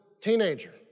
teenager